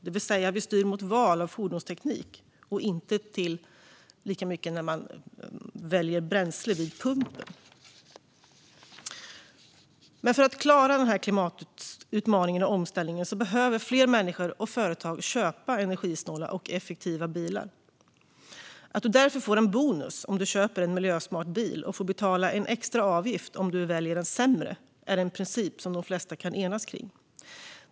Det vill säga, vi styr mot val av fordonsteknik och inte lika mycket val av bränsle vid pumpen. För att klara klimatutmaningen och omställningen behöver fler människor och företag köpa energisnåla och effektiva bilar. Att du därför får en bonus om du köper en miljösmart bil och får betala en extra avgift om du väljer en sämre är en princip som de flesta kan enas kring.